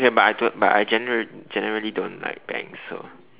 ya but I don't but I general generally don't like bangs so